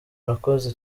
nakoze